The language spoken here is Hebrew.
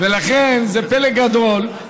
ולכן זה פלא גדול,